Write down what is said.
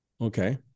Okay